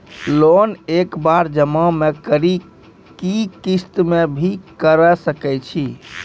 Loan एक बार जमा म करि कि किस्त मे भी करऽ सके छि?